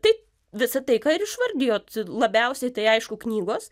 tai visa tai ką ir išvardijot labiausiai tai aišku knygos